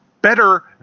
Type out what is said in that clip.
better